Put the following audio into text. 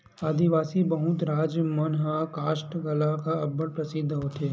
आदिवासी बहुल राज मन म कास्ठ कला ह अब्बड़ परसिद्ध होथे